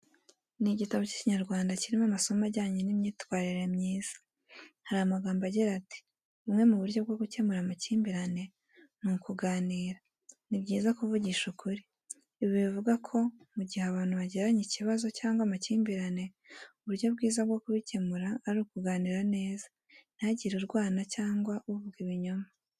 Ni igitabo cy'Ikinyarwanda kirimo amasomo ajyanye n’imyitwarire myiza. Hari amagambo agira ati:"Bumwe mu buryo bwo gukemura amakimbirane ni ukuganira, ni byiza kuvugisha ukuri." Ibi bivuga ko mu gihe abantu bagiranye ikibazo cyangwa amakimbirane, uburyo bwiza bwo kubikemura ari ukuganira neza, ntihagire urwana cyangwa uvuga ibinyoma.